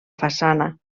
façana